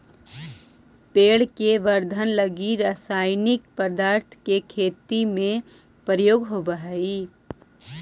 पेड़ के वर्धन लगी रसायनिक पदार्थ के खेती में प्रयोग होवऽ हई